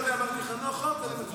3 נתקבלו.